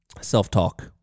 self-talk